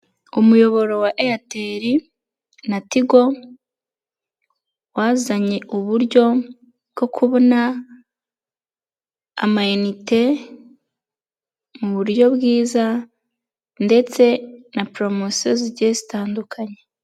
Umuyoboro wa Airtel na Tigo, wazanye uburyo bwo kubona ama inite mu buryo bwiza ndetse na poromosiyo zigiye zitandukanye.